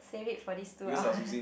save it for this two hours